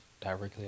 directly